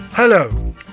Hello